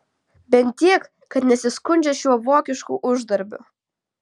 bent tiek kad nesiskundžia šiuo vokišku uždarbiu